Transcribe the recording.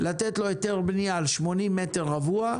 לתת לו היתר בנייה על 80 מ"ר רבוע,